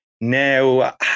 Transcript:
Now